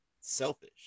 selfish